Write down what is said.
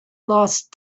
lost